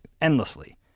endlessly